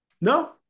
No